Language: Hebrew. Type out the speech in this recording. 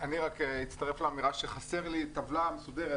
אני רק אצטרף לאמירה שחסרה לי טבלה מסודרת